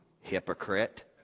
Hypocrite